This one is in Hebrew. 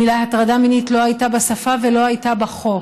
המילים "הטרדה מינית" לא היו בשפה ולא היו בחוק.